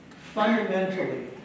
fundamentally